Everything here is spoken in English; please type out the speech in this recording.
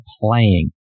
playing